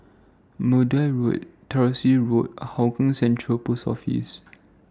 Maude Road Tyersall Road and Hougang Central Post Office